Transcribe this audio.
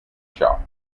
shop